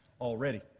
already